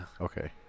Okay